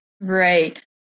Right